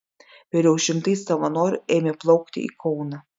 vėliau šimtai savanorių ėmė plaukti į kauną